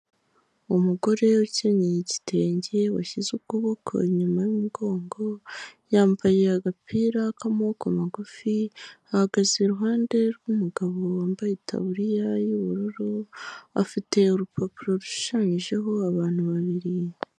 Umugore wikenyeye igitenge washyize ukuboko inyuma y'umugongo, yambaye agapira k'amaboko magufi, ahagaze iruhande rw'umugabo wambaye itaburiya y'ubururu, afite urupapuro rushushanyijeho abantu babiri.